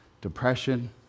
depression